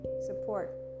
support